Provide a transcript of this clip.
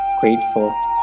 grateful